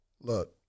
Look